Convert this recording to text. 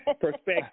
perspective